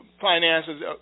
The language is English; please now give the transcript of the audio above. finances